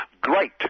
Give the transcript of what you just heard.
great